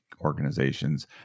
organizations